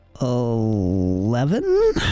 Eleven